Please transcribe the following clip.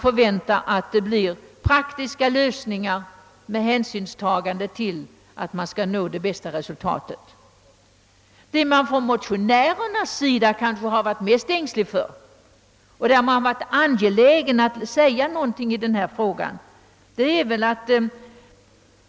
Jag tror att man ändå kan förvänta sig praktiska lösningar som tar hänsyn till hur det bästa resultatet skall uppnås. Det som man från motionärernas sida kanske har varit mest ängslig för är att skyddade verkstäder i sista hand skulle inrättas för de psykiskt utvecklingsstörda.